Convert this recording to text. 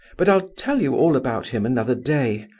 but i'll tell you all about him another day.